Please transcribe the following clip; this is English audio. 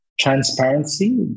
Transparency